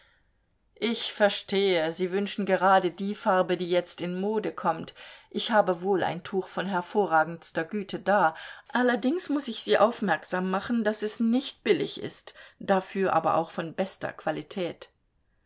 ich verstehe sie wünschen gerade die farbe die jetzt in mode kommt ich habe wohl ein tuch von hervorragendster güte da allerdings muß ich sie aufmerksam machen daß es nicht billig ist dafür aber auch von bester qualität